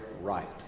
right